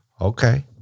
Okay